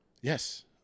Yes